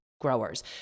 growers